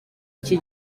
iki